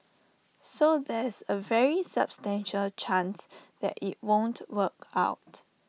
so there's A very substantial chance that IT won't work out